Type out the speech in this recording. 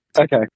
Okay